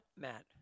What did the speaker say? Matt